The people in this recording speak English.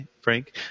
Frank